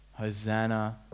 Hosanna